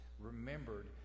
remembered